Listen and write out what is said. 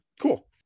cool